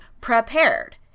prepared